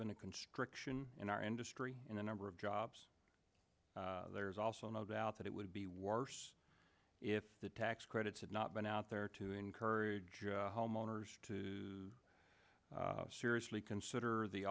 been a constriction in our industry in a number of jobs there is also no doubt that it would be worse if the tax credits had not been out there to encourage homeowners to seriously consider the